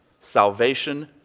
Salvation